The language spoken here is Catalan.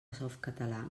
softcatalà